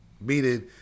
Meaning